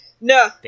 No